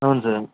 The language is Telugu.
అవును సార్